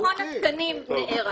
גם מכון התקנים נערך.